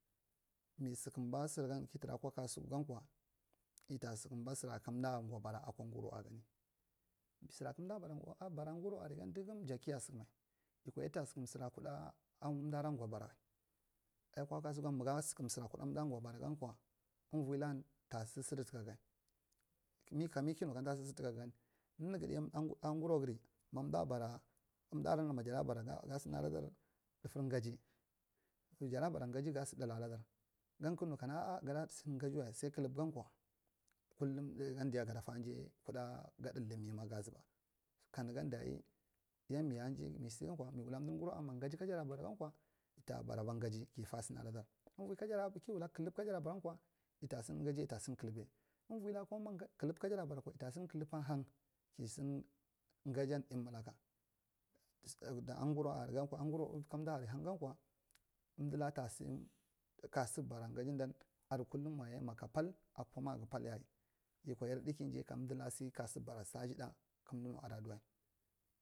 Mi sikumba segan akwa kasuku ga kwa ita sukumba sara kan umdi aral aba ra akwa guru ara sara kam umda bara a guru aral dugum ja kiya sutu nad yikwa yadta sdkum sdra kuɗa umdi gwa bara wai a kasukun munga gwa sukun sɗdra kuɗa umdi gwa bara gankwa tasd sdd take gd mi kami kinu tasi sddi tagd nunigi ɗa a guruwagar mam da bara umdaran mayara bara ga sɗni aladai ɗafur gaji gan so dkada kdk nu kana gada kusukum gadi wai sal kuli pug an kwa kulum dagan diya a nga dafa dai kuda ga ɗadi mima ga zuba ka nigan diya yan miyisa msd gan kwa mi wula umɗir gurawa an ma gaji bara gankwa ita baraba gaji kifa sɗna lada umvol ki wula kilpy kajara bara bakwa ita sdu gajiya ita sɗu kulpuya urolla ma kulipu kadara barg an kwa ita sdn kali pan hang k isdn gasin umiliks, a gura a aguru kan umder arg hang gan kwa umdila tasi kasi kasikabara gaji dan adi kulum wai yam aka pal akwa magu pal yayal yakwa yiɗa kiji ka umdi la sɗ kaso barasd asiɗa kam du nu adiwai.